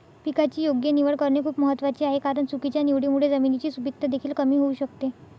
पिकाची योग्य निवड करणे खूप महत्वाचे आहे कारण चुकीच्या निवडीमुळे जमिनीची सुपीकता देखील कमी होऊ शकते